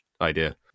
idea